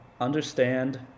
understand